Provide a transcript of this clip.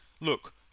look